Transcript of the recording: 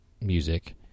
music